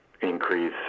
increase